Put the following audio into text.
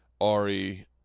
Ari